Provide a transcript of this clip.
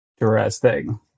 Interesting